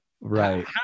Right